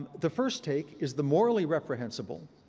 the first take is the morally reprehensible,